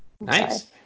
Nice